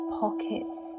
pockets